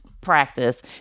practice